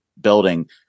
building